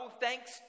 thanks